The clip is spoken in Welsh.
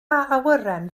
awyren